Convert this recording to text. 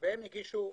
להם יש עניין גדול,